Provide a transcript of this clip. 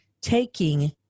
taking